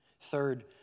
Third